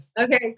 Okay